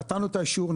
נתנו את האישור,